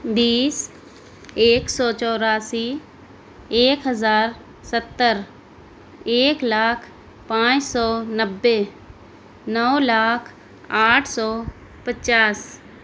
بیس ایک سو چراسی ایک ہزار ستّر ایک لاکھ پانچ سو نبے نو لاکھ آٹھ سو پچاس